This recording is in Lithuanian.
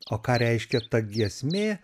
o ką reiškia ta giesmė